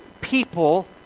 people